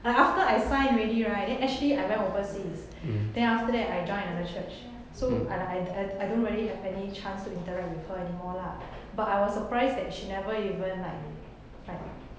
like after I sign already right then actually I went overseas then after that I join another church so I I I I don't really have any chance to interact with her anymore lah but I was surprised that she never even like like